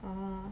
oo